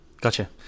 Gotcha